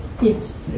Yes